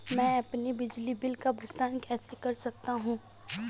मैं अपने बिजली बिल का भुगतान कैसे कर सकता हूँ?